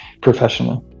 professionally